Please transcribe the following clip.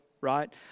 right